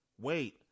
wait